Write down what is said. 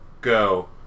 go